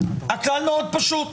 הכלל מאוד פשוט.